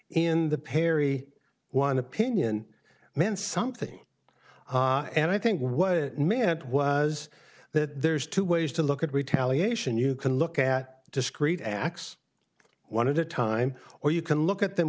in the perry one opinion meant something and i think what it meant was that there's two ways to look at retaliation you can look at discreet acts one of the time or you can look at them